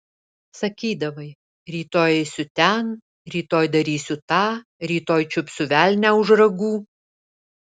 sakydavai rytoj eisiu ten rytoj darysiu tą rytoj čiupsiu velnią už ragų